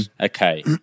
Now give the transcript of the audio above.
Okay